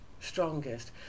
strongest